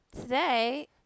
Today